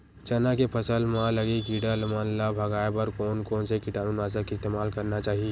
चना के फसल म लगे किड़ा मन ला भगाये बर कोन कोन से कीटानु नाशक के इस्तेमाल करना चाहि?